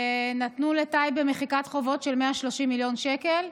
נתנו לטייבה מחיקת חובות של 130 מיליון שקל.